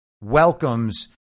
welcomes